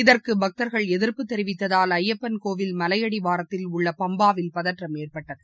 இதற்குபக்தர்கள் எதிர்ப்பு தெரிவித்ததால் ஐயப்பன் கோவில் மலையடவாரத்தில் உள்ளபம்பாவில் பதற்றம் ஏற்பட்டது